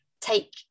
take